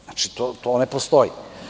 Znači, to ne postoji.